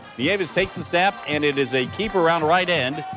the aim is takes a step and it is a deep around right end.